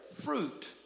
fruit